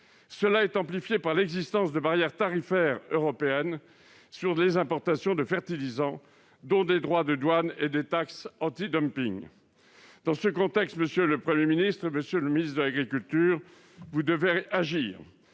Elle est amplifiée par l'existence de barrières tarifaires européennes sur les importations de fertilisants, dont des droits de douane et des taxes antidumping. Dans ce contexte, monsieur le Premier ministre- et vous aussi, monsieur le ministre de l'agriculture et de